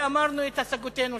ואמרנו שם את השגותינו.